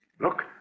Look